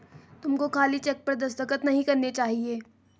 तुमको खाली चेक पर दस्तखत नहीं करने चाहिए